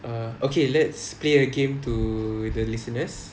err okay let's play a game to the listeners